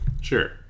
sure